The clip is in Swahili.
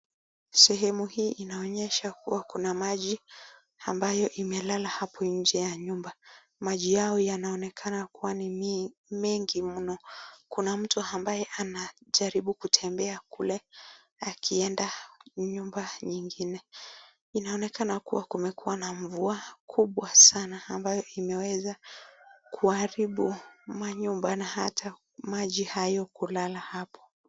Sehemu hii inaonyesha kuwa kuna maji, ambayo imelala hapo nje ya nyumba. Maji yao yanaonekana kuwa ni mengi mno. Kuna mtu ambaye anajaribu kutembea kule akienda nyumba nyingine. Inaonekana kuwa kumekuwa na mvua kubwa sana ambayo imeweza kuaribu manyumba na hata maji hayo kulala hapo.